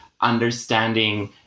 understanding